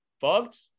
fucked